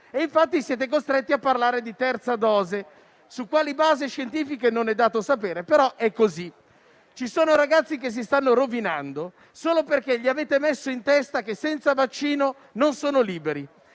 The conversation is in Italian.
infatti, siete costretti a parlare di terza dose. Non è dato sapere su quali basi scientifiche, però è così. Ci sono ragazzi che si stanno rovinando solo perché gli avete messo in testa che senza vaccino non sono liberi